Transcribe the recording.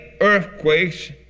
earthquakes